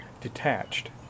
detached